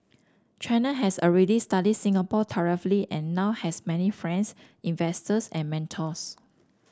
China has already studied Singapore thoroughly and now has many friends investors and mentors